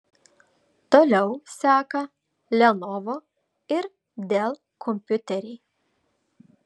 toliau seka lenovo ir dell kompiuteriai